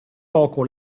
poco